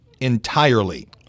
entirely